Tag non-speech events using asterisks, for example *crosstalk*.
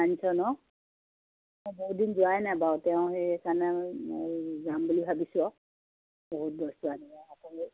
*unintelligible* ন বহুত দিন যোৱাই নাই বাৰু তেওঁ সেইকাৰণে যাম বুলি ভাবিছোঁ আৰু বহুত বস্তু *unintelligible*